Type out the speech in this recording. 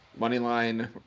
Moneyline